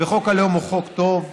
וחוק הלאום הוא חוק טוב.